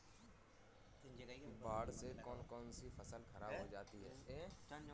बाढ़ से कौन कौन सी फसल खराब हो जाती है?